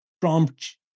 prompt